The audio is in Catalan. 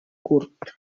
curt